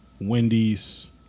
Wendy's